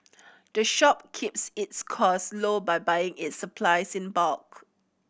the shop keeps its cost low by buying its supplies in bulk